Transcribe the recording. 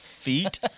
Feet